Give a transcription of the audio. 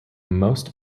most